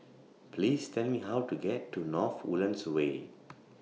Please Tell Me How to get to North Woodlands Way